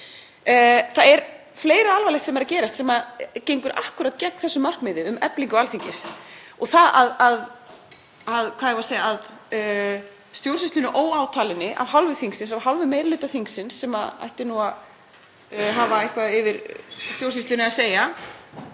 Það er fleira alvarlegt sem er að gerast sem gengur akkúrat gegn þessu markmiði um eflingu Alþingis. Að stjórnsýslunni óátalinni af hálfu þingsins, af hálfu meiri hluta þingsins, sem ætti nú að hafa eitthvað yfir stjórnsýslunni að segja,